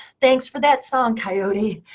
thanks for that song, coyote.